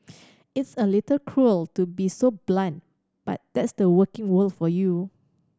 it's a little cruel to be so blunt but that's the working world for you